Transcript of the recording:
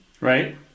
right